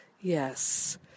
Yes